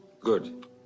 Good